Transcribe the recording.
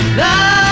love